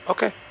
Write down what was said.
Okay